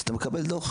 אז אתה מקבל דוח,